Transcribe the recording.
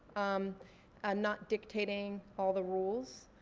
um and not dictating all the rules,